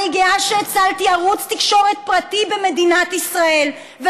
אני גאה שהצלתי ערוץ תקשורת פרטי במדינת ישראל,